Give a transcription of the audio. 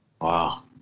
Wow